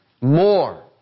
more